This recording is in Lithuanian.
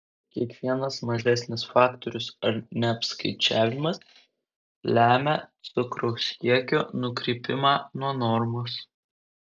kiekvienas mažesnis faktorius ar neapskaičiavimas lemia cukraus kiekio nukrypimą nuo normos